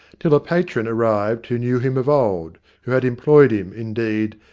till a patron arrived who knew him of old who had employed him, indeed,